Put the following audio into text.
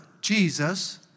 Jesus